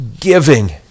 giving